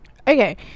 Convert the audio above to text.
Okay